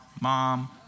mom